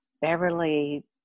Beverly